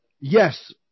Yes